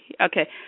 Okay